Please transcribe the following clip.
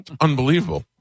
Unbelievable